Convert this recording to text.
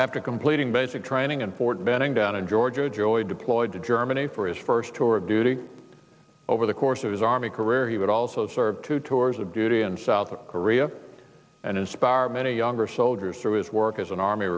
after completing basic training in fort benning down in georgia joey deployed to germany for his first tour of duty over the course of his army career he would also serve two tours of duty in south korea and inspire many younger soldiers through his work as an army